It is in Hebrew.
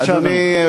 אדוני.